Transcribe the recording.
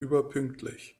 überpünktlich